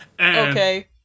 Okay